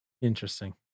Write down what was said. Interesting